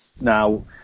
Now